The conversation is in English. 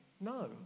No